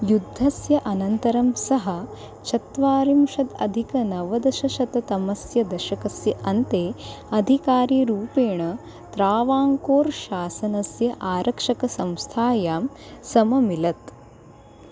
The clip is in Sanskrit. युद्धस्य अनन्तरं सः चत्वारिंशत् अधिकनवदशशततमस्य दशकस्य अन्ते अधिकारीरूपेण त्रावाङ्कूर् शासनस्य आरक्षकसंस्थायां सममिलत्